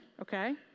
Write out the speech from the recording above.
okay